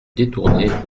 détournée